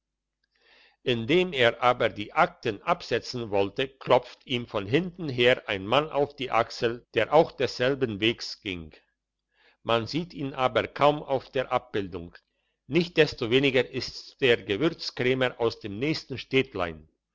indem er aber die akten absetzen wollte klopft ihm von hinten her ein mann auf die achsel der auch desselben wegs ging man sieht ihn aber kaum auf der abbildung nichtsdestoweniger ist's der gewürzkrämer aus dem nächsten städtlein